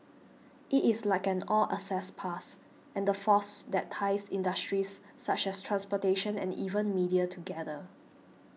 it is like an all access pass and the force that ties industries such as transportation and even media together